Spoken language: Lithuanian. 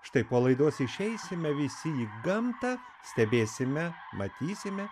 štai po laidos išeisime visi gamtą stebėsime matysime